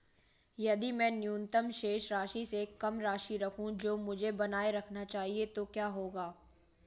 यदि मैं न्यूनतम शेष राशि से कम राशि रखूं जो मुझे बनाए रखना चाहिए तो क्या होगा?